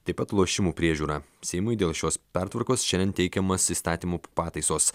taip pat lošimų priežiūra seimui dėl šios pertvarkos šiandien teikiamas įstatymų pataisos